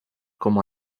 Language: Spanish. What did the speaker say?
como